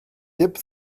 dip